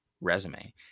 resume